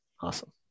Awesome